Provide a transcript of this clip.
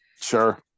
Sure